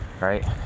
right